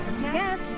Yes